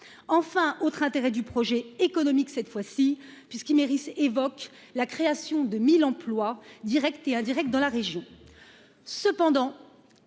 enfin autre intérêt du projet économique cette fois-ci, puisqu'il mérite évoque la création de 1000 emplois Directs et indirects dans la région,